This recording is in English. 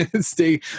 stay